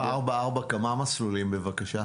כמה מסלולים יש ב-444?